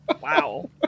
Wow